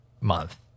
month